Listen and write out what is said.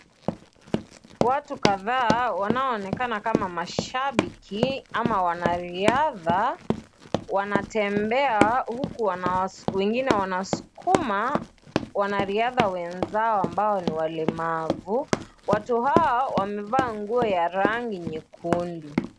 Watu kadhaa wanaonekana kama mashabiki ama wanariadha wanatembea huku wengine wanasukuma wanariadha wenzao ambao ni walemavu. Watu hao wamevaa nguo ya rangi nyekundu.